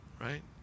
Right